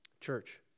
Church